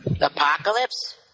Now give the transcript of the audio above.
apocalypse